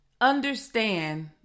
understand